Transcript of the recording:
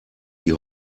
die